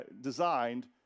designed